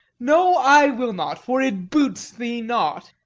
no, i will not, for it boots thee not.